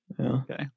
Okay